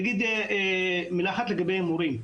אני אגיד מילה לגבי מורים.